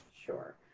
sure.